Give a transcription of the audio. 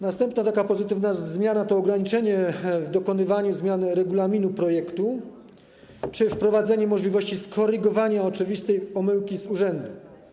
Następna pozytywna zmiana dotyczy ograniczenia w dokonywaniu zmian regulaminu projektu czy wprowadzenia możliwości skorygowania oczywistej omyłki z urzędu.